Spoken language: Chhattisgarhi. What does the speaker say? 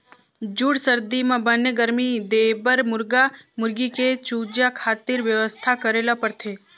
जूड़ सरदी म बने गरमी देबर मुरगा मुरगी के चूजा खातिर बेवस्था करे ल परथे